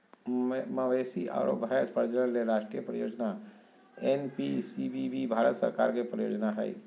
मवेशी आरो भैंस प्रजनन ले राष्ट्रीय परियोजना एनपीसीबीबी भारत सरकार के परियोजना हई